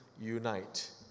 unite